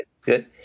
good